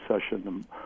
session